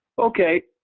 okay,